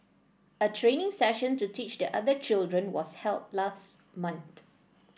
a training session to teach the other children was held last month